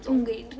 mm